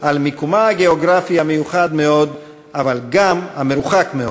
על מקומה הגיאוגרפי המיוחד מאוד אבל גם המרוחק מאוד.